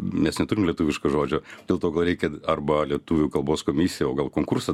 nes neturim lietuviško žodžio dėl to gal reikia arba lietuvių kalbos komisiją o gal konkursą